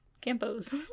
Campos